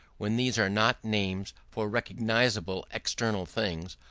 when these are not names for recognisable external things,